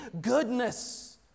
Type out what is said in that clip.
goodness